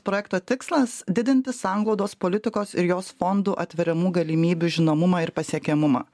projekto tikslas didinti sanglaudos politikos ir jos fondų atveriamų galimybių žinomumą ir pasiekiamumą